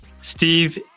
Steve